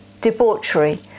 debauchery